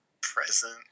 present